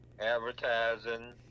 advertising